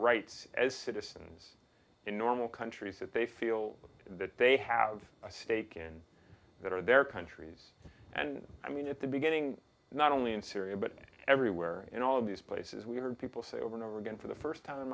rights as citizens in normal countries that they feel that they have a stake in that or their countries and i mean at the beginning not only in syria but everywhere in all of these places we heard people say over and over again for the first time in